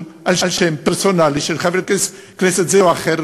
על שם פרסונלי של חבר כנסת זה או אחר,